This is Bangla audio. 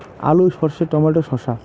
আলু সর্ষে টমেটো শসা